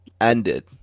ended